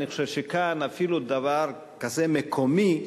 אני חושב שכאן אפילו דבר כזה מקומי,